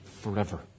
forever